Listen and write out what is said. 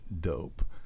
dope